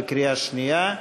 בקריאה שנייה.